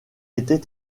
était